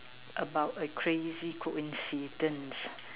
about a crazy coincidence